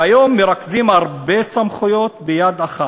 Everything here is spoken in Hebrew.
והיום מרכזים הרבה סמכויות ביד אחת.